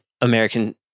American